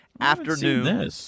afternoon